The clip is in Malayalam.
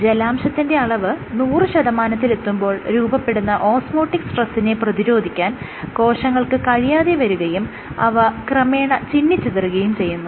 ജലാംശത്തിന്റെ അളവ് നൂറ് ശതമാനമെത്തുമ്പോൾ രൂപപ്പെടുന്ന ഓസ്മോറ്റിക് സ്ട്രെസ്സിനെ പ്രതിരോധിക്കാൻ കോശങ്ങൾക്ക് കഴിയാതെ വരുകയും അവ ക്രമേണ ചിന്നിച്ചിതറുകയും ചെയ്യുന്നു